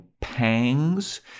Pangs